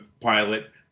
pilot